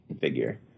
figure